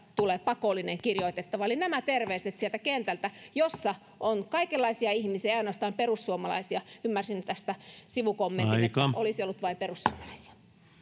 tulee pakollinen kirjoitettava eli nämä terveiset sieltä kentältä jossa on kaikenlaisia ihmisiä ei ainoastaan perussuomalaisia ymmärsin tästä sivukommentin että olisi ollut vain perussuomalaisia